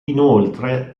inoltre